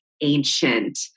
ancient